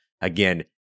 again